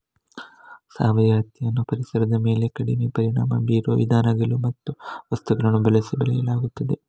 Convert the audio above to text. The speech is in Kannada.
ಸಾವಯವ ಹತ್ತಿಯನ್ನು ಪರಿಸರದ ಮೇಲೆ ಕಡಿಮೆ ಪರಿಣಾಮ ಬೀರುವ ವಿಧಾನಗಳು ಮತ್ತು ವಸ್ತುಗಳನ್ನು ಬಳಸಿ ಬೆಳೆಯಲಾಗುತ್ತದೆ